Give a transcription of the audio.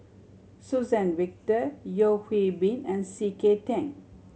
Suzann Victor Yeo Hwee Bin and C K Tang